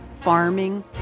farming